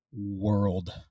world